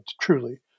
truly